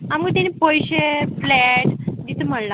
आमकां तेणी पयशे फ्लॅट दितां म्हणला